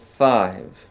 Five